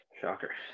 Shocker